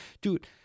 Dude